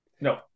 No